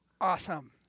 Awesome